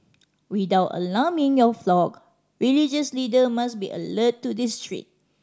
without alarming your flock religious leader must be alert to this threat